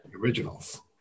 Originals